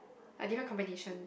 like different combination